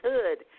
Hood